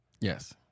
Yes